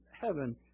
heaven